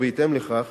ובהתאם לכך